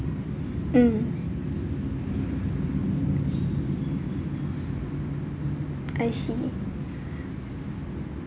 mm I see